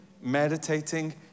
meditating